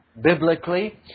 Biblically